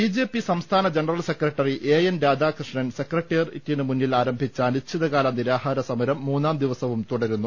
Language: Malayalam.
ബി ജെ പി സംസ്ഥാന general secretary A N Radhakrishnan സെക്രട്ടേറിയറ്റിന് മുമ്പിൽ ആരംഭിച്ച അനിശ്ചിതകാല നിരാഹാരസമരം മൂന്നാം ദിവസവും തുടരുന്നു